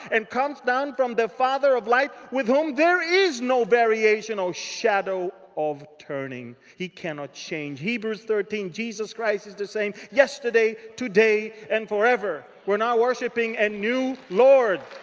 and comes down from the father of lights with whom there is no variation or shadow of turning. he cannot change. hebrews thirteen, jesus christ is the same yesterday, today and forever. we're not worshipping a and new lord.